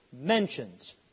mentions